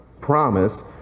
promise